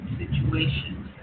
situations